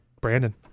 Brandon